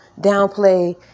downplay